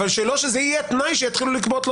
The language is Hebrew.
אבל לא שזה יהיה תנאי שיתחילו לגבות לו